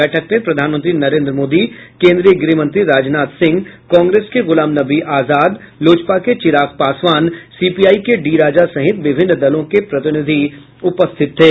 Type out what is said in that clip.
बैठक में प्रधानमंत्री नरेन्द्र मोदी केन्द्रीय गृह मंत्री राजनाथ सिंह कांग्रेस के गुलाम नबी आजाद लोजपा के चिराग पासवान सीपीआई के डी राजा सहित विभिन्न दलों के प्रतिनिधि उपस्थित थे